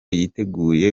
yiteguye